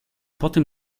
potem